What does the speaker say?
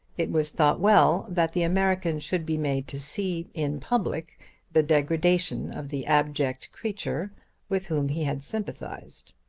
it was thought well that the american should be made to see in public the degradation of the abject creature with whom he had sympathised.